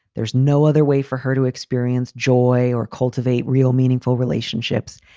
there's no other way for her to experience joy or cultivate real meaningful relationships.